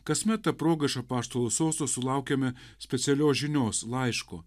kasmet ta proga iš apaštalų sosto sulaukiame specialios žinios laiško